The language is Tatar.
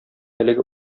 әлеге